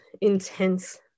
intense